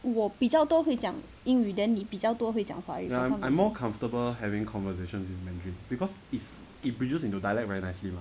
我比较多会讲英语 then 你比较多会讲华语